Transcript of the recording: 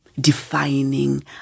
Defining